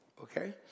Okay